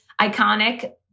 iconic